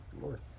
lord